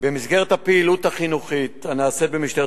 במסגרת הפעילות החינוכית הנעשית במשטרת